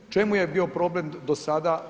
U čemu je bio problem do sada?